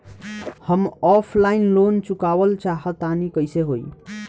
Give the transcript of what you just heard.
हम offline loan चुकावल चाहऽ तनि कइसे होई?